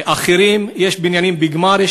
יש בניינים בגמר,